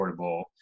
affordable